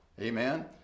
Amen